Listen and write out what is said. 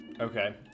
Okay